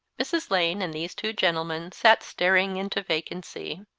mrs. lane and these two gentlemen sat staring into vacancy.